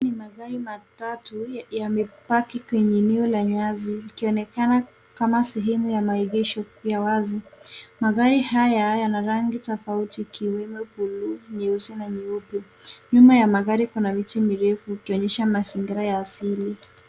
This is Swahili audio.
Hii ni magari matatu yamepaki kwenye eneo la nyasi likionekana kama sehemu ya maegesho ya wazi. Magari haya yana rangi tofauti ikiwemo buluu, nyeusi, na nyeupe. Nyuma ya magari kuna miti mirefu ikionyesha mazingira ya asili.